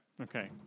Okay